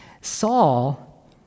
Saul